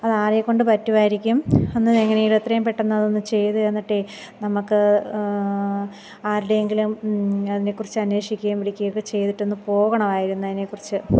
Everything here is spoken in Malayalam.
അത് ആരെ കൊണ്ട് പറ്റുമായിരിക്കും ഒന്ന് എങ്ങനെയെങ്കിലും എത്രയും പെട്ടെന്ന് അതൊന്ന് ചെയ്ത് തന്നിട്ടേ നമുക്ക് ആരുടെയെങ്കിലും അതിനെക്കുറിച്ച് അന്വേഷിക്കുകയും പിടിക്കുക ഒക്കെ ചെയ്തിട്ട് ഒന്ന് പോകണമായിരുന്നു അതിനെക്കുറിച്ച്